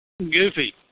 Goofy